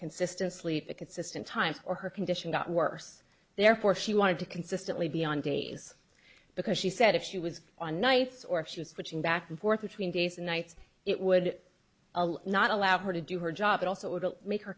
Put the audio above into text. consistent sleep the consistent time or her condition got worse therefore she wanted to consistently be on days because she said if she was on nights or if she was switching back and forth between days and nights it would allow not allow her to do her job it also would make her